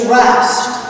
rest